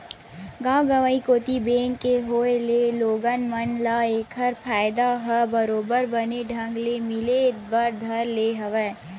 गाँव गंवई कोती बेंक के होय ले लोगन मन ल ऐखर फायदा ह बरोबर बने ढंग ले मिले बर धर ले हवय